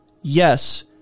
yes